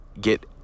get